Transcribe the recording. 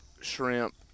shrimp